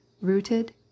rooted